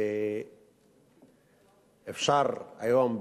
אפשר היום,